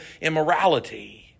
immorality